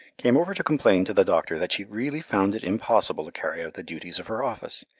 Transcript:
came over to complain to the doctor that she really found it impossible to carry out the duties of her office,